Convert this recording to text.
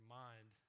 mind